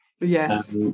Yes